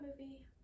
movie